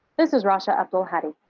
this is rasha abdulhadi.